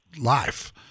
life